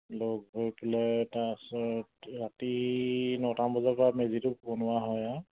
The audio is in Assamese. লগ হৈ পেলাই তাৰপাছত ৰাতি নটামান বজাৰ পৰা মেজিটো বনোৱা হয় আৰু